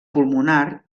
pulmonar